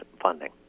funding